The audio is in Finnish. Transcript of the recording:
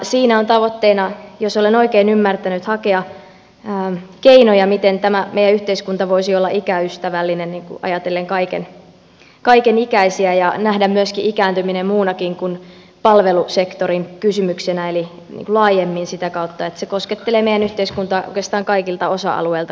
siinä on tavoitteena jos olen oikein ymmärtänyt hakea keinoja miten tämä meidän yhteiskunta voisi olla ikäystävällinen ajatellen kaikenikäisiä ja nähdä ikääntymisen muunakin kuin palvelusektorin kysymyksenä eli laajemmin sitä kautta että se koskettelee meidän yhteiskuntaa oikeastaan kaikilta osa alueilta